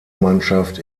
mannschaft